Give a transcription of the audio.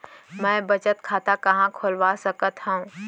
मै बचत खाता कहाँ खोलवा सकत हव?